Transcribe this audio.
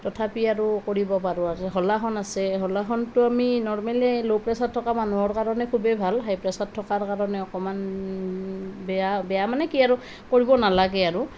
তথাপি আৰু কৰিব পাৰোঁ আৰু শলাসন আছে শলাসনটো আমি নৰ্মেলি ল প্ৰেছাৰ থকা মানুহৰ কাৰণে খুবেই ভাল হাই প্ৰেছাৰ থকাৰ কাৰণে অকমান বেয়া বেয়া মানে কি আৰু কৰিব নালাগে আৰু